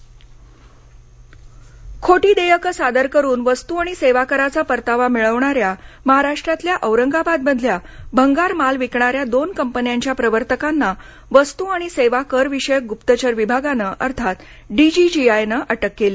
GST फसवणक खोटी देयके सादर करून वस्तू आणि सेवा कराचा परतावा मिळवणाऱ्या महाराष्ट्रातल्या औरंगाबादमधल्या भंगार माल विकणाऱ्या दोन कंपन्यांच्या प्रवर्तकांना वस्तू आणि सेवा करविषयक गुप्तचर विभागाने अर्थात डीजीजीआयने अटक केली